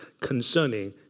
concerning